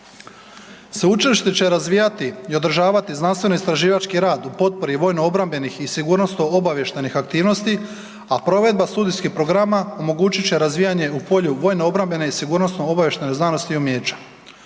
Sveučilište će razvijati i održati znanstveno istraživački rad o potpori i vojno-obrambenih i sigurnosno-obavještajnih aktivnosti, a provedba studijskih programa omogućit će razvijanje u polju vojno-obrambene i sigurnosno-obavještajne znanosti i umijeća.